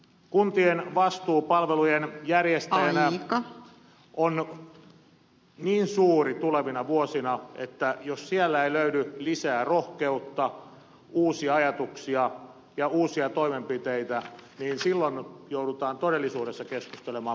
kuntien vastuu palvelujen järjestämisestä on niin suuri tulevina vuosina että jos siellä ei löydy lisää rohkeutta uusia ajatuksia ja uusia toimenpiteitä niin silloin joudutaan todellisuudessa keskustelemaan palvelutuotannon järjestämisestä